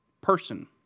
person